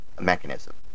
mechanism